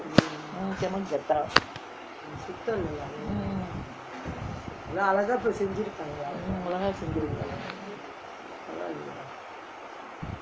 cannot get up